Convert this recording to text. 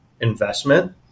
investment